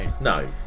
no